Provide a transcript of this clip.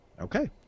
Okay